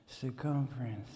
circumference